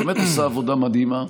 שבאמת עושה עבודה מדהימה,